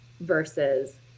versus